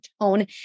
tone